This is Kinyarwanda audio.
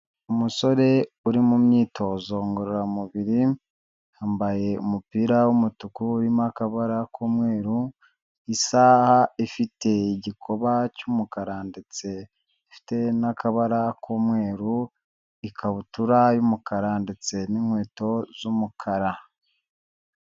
Umusore uri mu myitozo ngororamubiri, yambaye umupira w'umutuku urimo akabara k'umweru, isaha ifite igikoba cy'umukara ndetse ifite n'akabara k'umweru, ikabutura y'umukara ndetse n'inkweto z'umukara.